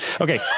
Okay